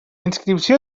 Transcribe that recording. inscripció